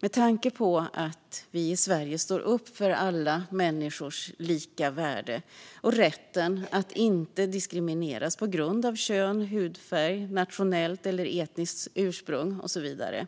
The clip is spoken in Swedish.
Med tanke på att vi i Sverige står upp för alla människors lika värde och rätten att inte diskrimineras på grund av kön, hudfärg, nationellt eller etniskt ursprung och så vidare